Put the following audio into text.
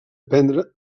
prendre